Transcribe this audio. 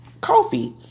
coffee